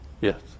Yes